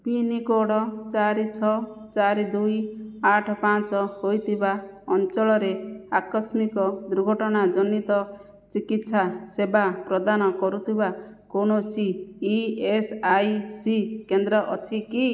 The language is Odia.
ପିନ୍କୋଡ଼୍ ଚାରି ଛଅ ଚାରି ଦୁଇ ଆଠ ପାଞ୍ଚ ହୋଇଥିବା ଅଞ୍ଚଳରେ ଆକସ୍ମିକ ଦୁର୍ଘଟଣା ଜନିତ ଚିକିତ୍ସା ସେବା ପ୍ରଦାନ କରୁଥିବା କୌଣସି ଇ ଏସ୍ ଆଇ ସି କେନ୍ଦ୍ର ଅଛି କି